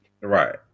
Right